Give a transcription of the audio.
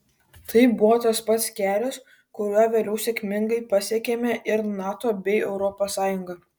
tai buvo tas pats kelias kuriuo vėliau sėkmingai pasiekėme ir nato bei europos sąjungą